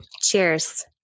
cheers